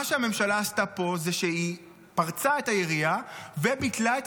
מה שהממשלה עשתה פה זה שהיא פרצה את היריעה וביטלה את